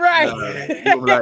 Right